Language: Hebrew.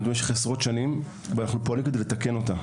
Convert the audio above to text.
במשך עשרות שנים ואנחנו פועלים כדי לתקן אותה.